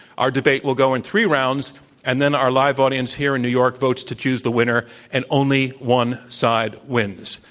our debate will go in three rounds and then our live audience here in new york votes to choose the winner and only one side wins.